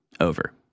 over